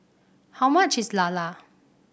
how much is Lala